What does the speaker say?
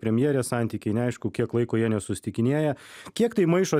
premjerės santykiai neaišku kiek laiko jie nesusitikinėja kiek tai maišo